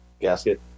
gasket